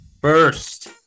first